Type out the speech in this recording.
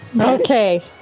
Okay